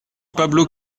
pablo